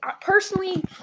personally